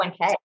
401k